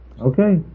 Okay